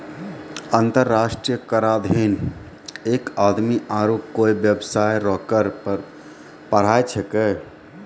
अंतर्राष्ट्रीय कराधीन एक आदमी आरू कोय बेबसाय रो कर पर पढ़ाय छैकै